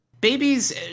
Babies